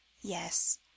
Yes